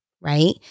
right